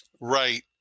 Right